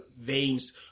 veins